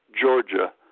Georgia